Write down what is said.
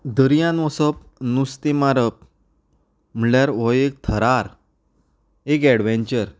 दर्यांत वचप नुस्तें मारप म्हळ्ळ्यार वो एक थरार एक एडवँचर